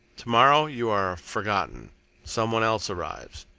to-morrow you are forgotten some one else arrives.